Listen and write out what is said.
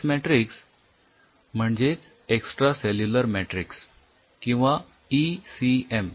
base matrix म्हणजेच extracellular matrix किंवा ECM